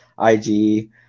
IG